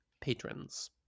patrons